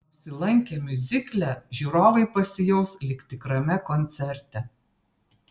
apsilankę miuzikle žiūrovai pasijaus lyg tikrame koncerte